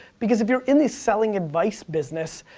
because if you're in the selling-advice business,